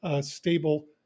stable